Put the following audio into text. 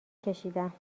کشیدم